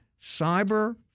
cyber